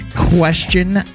Question